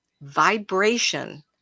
vibration